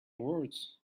words